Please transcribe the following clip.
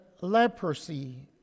leprosy